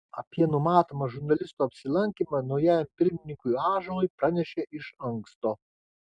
apie numatomą žurnalisto apsilankymą naujajam pirmininkui ąžuolui pranešė iš anksto